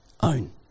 own